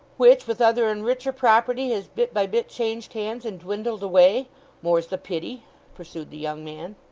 which with other and richer property has bit by bit changed hands and dwindled away more's the pity pursued the young man.